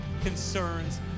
concerns